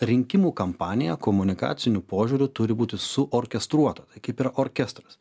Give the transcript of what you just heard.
rinkimų kampanija komunikaciniu požiūriu turi būti suorkestruota tai kaip ir orkestras